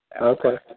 Okay